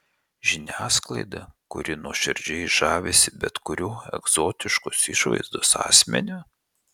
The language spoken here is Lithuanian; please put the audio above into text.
žiniasklaidą kuri nuoširdžiai žavisi bet kuriuo egzotiškos išvaizdos asmeniu